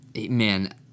man